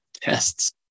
tests